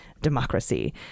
democracy